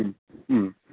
ꯎꯝ ꯎꯝ